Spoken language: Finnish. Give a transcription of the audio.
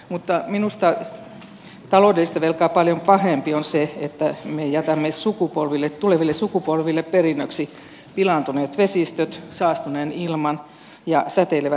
mutta minusta taloudellista velkaa paljon pahempi on se että me jätämme tuleville sukupolville perinnöksi pilaantuneet vesistöt saastuneen ilman ja säteilevät jätteet